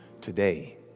today